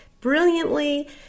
brilliantly